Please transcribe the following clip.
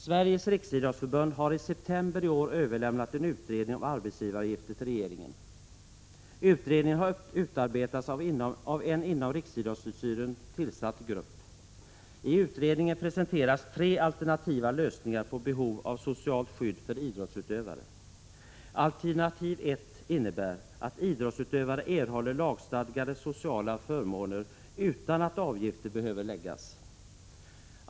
Sveriges riksidrottsförbund har i september i år överlämnat en utredning om arbetsgivaravgifter till regeringen. Utredningen har utarbetats av en inom riksidrottsstyrelsen tillsatt grupp. I utredningen presenteras tre alternativa lösningar på behovet av socialt skydd för idrottsutövare. Alternativ 1 innebär att idrottsutövare erhåller lagstadgade sociala förmåner utan att avgifter behöver erläggas.